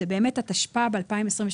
לא התשפ"ג-2023,